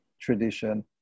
tradition